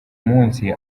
munsi